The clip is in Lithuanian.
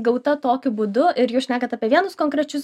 gauta tokiu būdu ir jūs šnekat apie vienus konkrečius